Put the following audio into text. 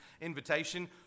invitation